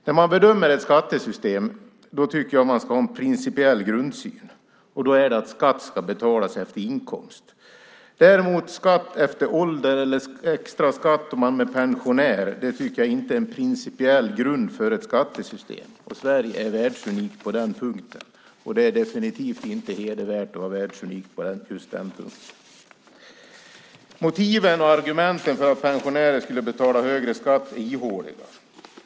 När man bedömer ett skattesystem tycker jag att man ska ha en principiell grundsyn som är att skatt ska betalas efter inkomst. Däremot tycker jag inte att skatt efter ålder eller extra skatt om man är pensionär är en principiell grund för ett skattesystem. Sverige är världsunikt på den punkten, och det är definitivt inte hedervärt att vara världsunik på just den punkten. Motiven och argumenten för att pensionärer skulle betala högre skatt är ihåliga.